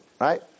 right